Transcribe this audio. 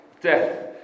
death